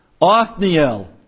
Othniel